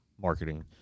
marketing